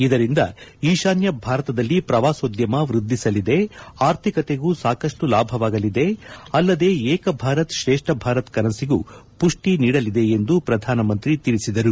ಇದರಿಂದ ಈಶಾನ್ಯ ಭಾರತದಲ್ಲಿ ಪ್ರವಾಸೋದ್ಯಮ ವೃದ್ದಿಸಲಿದೆ ಆರ್ಥಿಕತೆಗೂ ಸಾಕಷ್ಟು ಲಾಭವಾಗಲಿದೆ ಅಲ್ಲದೆ ಏಕ ಭಾರತ್ ಶ್ರೇಷ್ಣ ಭಾರತ್ ಕನಸಿಗೂ ಪುಷ್ಣಿ ನೀಡಲಿದೆ ಎಂದು ಪ್ರಧಾನಿ ತಿಳಿಸಿದರು